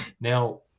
now